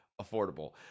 affordable